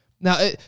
Now